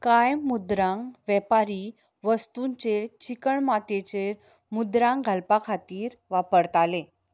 कांय मुद्रांग वेपारी वस्तूंचेर चिकण मातयेचे मुद्रांग घालपा खातीर वापरताले